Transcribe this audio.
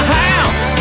house